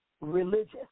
religious